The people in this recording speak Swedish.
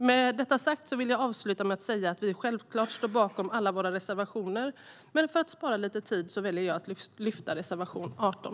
Med detta sagt vill jag avsluta med att säga att vi självklart står bakom alla våra reservationer, men för att spara lite tid väljer jag att endast yrka bifall till reservation 18.